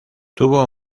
tuvo